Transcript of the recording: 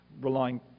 relying